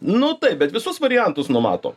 nu taip bet visus variantus numatom